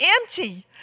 empty